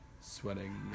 sweating